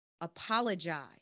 apologize